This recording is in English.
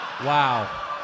Wow